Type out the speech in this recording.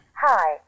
Hi